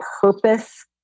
purpose